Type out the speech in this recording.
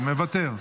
מוותר,